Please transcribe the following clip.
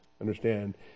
Understand